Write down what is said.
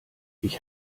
ich